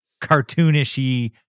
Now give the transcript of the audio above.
cartoonishy